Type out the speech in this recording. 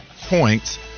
points